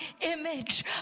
image